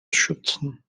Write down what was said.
schützen